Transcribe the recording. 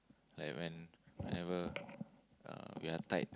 like when whenever uh we are tight